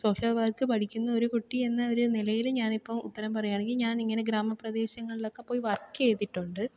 social work പഠിക്കുന്ന ഒരു കുട്ടി എന്ന ഒരു നിലയിൽ ഞാനിപ്പോൾ ഉത്തരം പറയുകയാണെങ്കിൽ ഞാനിങ്ങനെ ഗ്രാമ പ്രദേശങ്ങളിലൊക്ക പോയി വർക്ക് ചെയ്തിട്ടുണ്ട്